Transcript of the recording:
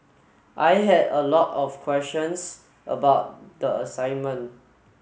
I had a lot of questions about the assignment